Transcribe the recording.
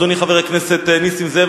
אדוני חבר הכנסת נסים זאב,